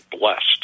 blessed